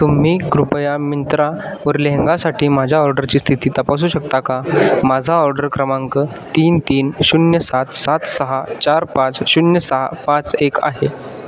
तुम्ही कृपया मिंत्रावर लेहंगासाठी माझ्या ऑर्डरची स्थिती तपासू शकता का माझा ऑर्डर क्रमांक तीन तीन शून्य सात सात सहा चार पाच शून्य सहा पाच एक आहे